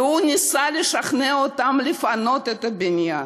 והוא ניסה לשכנע אותם לפנות את הבניין.